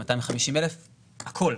250,000-240,000 הכול,